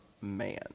man